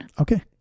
Okay